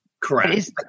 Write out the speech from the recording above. Correct